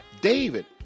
David